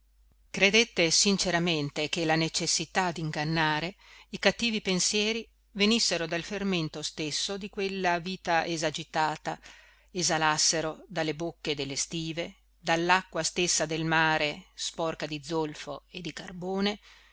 credette sinceramente che la necessità d'ingannare i cattivi pensieri venissero dal fermento stesso di quella vita esagitata esalassero dalle bocche delle stive dall'acqua stessa del mare sporca di zolfo e di carbone